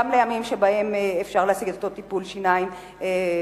גם לימים שבהם יהיה אפשר להשיג את אותו טיפול שיניים בקופות-החולים.